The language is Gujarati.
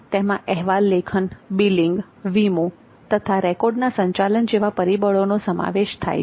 તેમાં અહેવાલ લેખન બિલિંગ વીમો તથા રેકોર્ડના સંચાલન જેવા પરિબળોનો સમાવેશ થાય છે